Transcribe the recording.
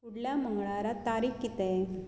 फुडल्या मंगळारा तारीख कितें